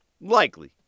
likely